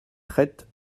traite